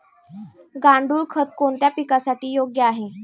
गांडूळ खत कोणत्या पिकासाठी योग्य आहे?